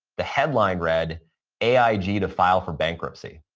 the headline read aig to file for bankruptcy.